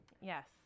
Yes